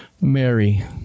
Mary